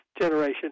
generation